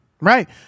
Right